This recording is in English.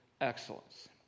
excellence